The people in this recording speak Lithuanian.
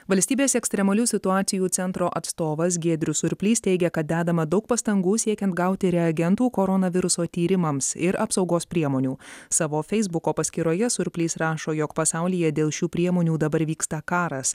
valstybės ekstremalių situacijų centro atstovas giedrius surplys teigia kad dedama daug pastangų siekiant gauti reagentų koronaviruso tyrimams ir apsaugos priemonių savo feisbuko paskyroje surplys rašo jog pasaulyje dėl šių priemonių dabar vyksta karas